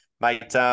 mate